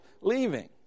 leaving